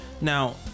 Now